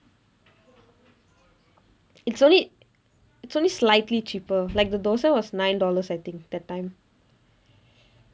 it's only it's only slightly cheaper like the dosa was nine dollars I think that time